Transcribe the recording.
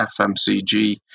FMCG